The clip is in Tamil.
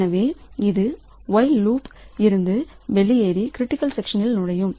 எனவே இது ஒயில்லூப் இருந்து வெளியேறி கிரிட்டிக்கல் சக்சன்கு செல்லும்